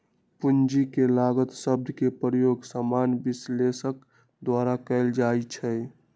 पूंजी के लागत शब्द के प्रयोग सामान्य विश्लेषक द्वारा कएल जाइ छइ